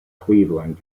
cleveland